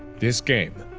this game.